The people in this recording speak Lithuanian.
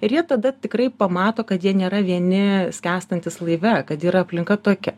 ir jie tada tikrai pamato kad jie nėra vieni skęstantys laive kad yra aplinka tokia